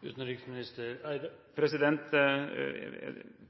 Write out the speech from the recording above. Jeg vil